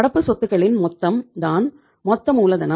நடப்பு சொத்துக்களின் மொத்தம் தான் மொத்த மூலதனம்